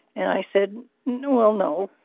and i said, no. well, no.